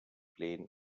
plain